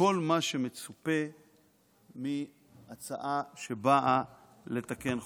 בכל מה שמצופה מהצעה שבאה לתקן חוק-יסוד.